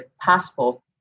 possible